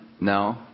No